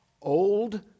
Old